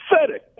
pathetic